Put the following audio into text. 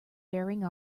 bearing